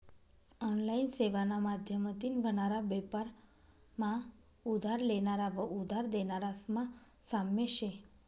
online सेवाना माध्यमतीन व्हनारा बेपार मा उधार लेनारा व उधार देनारास मा साम्य शे